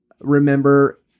remember